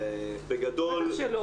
בטח שלא.